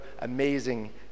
amazing